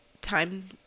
time